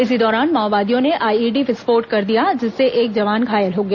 इसी दौरान माओवादियों ने आईईडी विस्फोट कर दिया जिससे एक जवान घायल हो गया